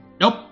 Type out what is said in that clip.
Nope